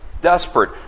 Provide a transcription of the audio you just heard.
Desperate